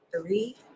three